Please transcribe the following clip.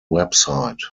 website